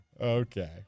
Okay